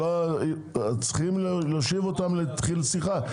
צריכים להושיב אותם להתחיל שיחה.